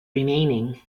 remaining